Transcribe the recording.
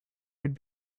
would